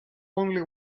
only